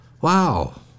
Wow